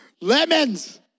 Lemons